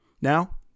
Now